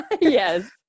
Yes